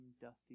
dusty